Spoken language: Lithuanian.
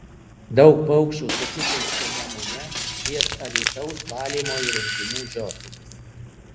daug paukščių susitelkė nemune ties alytaus valymo įrenginių žiotimis